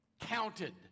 counted